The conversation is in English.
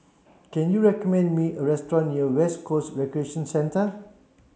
can you recommend me a restaurant near West Coast Recreation Centre